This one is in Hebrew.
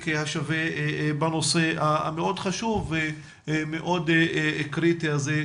השווה בנושא המאוד חשוב ומאוד קריטי הזה,